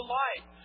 light